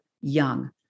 Young